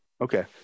Okay